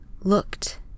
looked